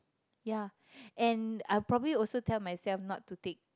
ya and I probably also tell myself not to take